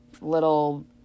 little